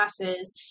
classes